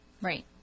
right